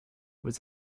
was